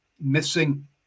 missing